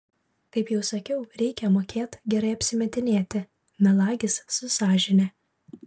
kaip jau sakiau reikia mokėt gerai apsimetinėti melagis su sąžine